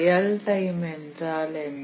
real time என்றால் என்ன